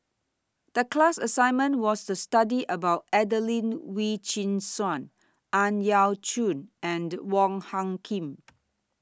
The class assignment was to study about Adelene Wee Chin Suan Ang Yau Choon and The Wong Hung Khim